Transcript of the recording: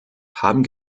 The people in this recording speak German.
haben